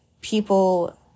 people